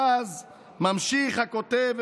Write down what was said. ואז ממשיך הכותב,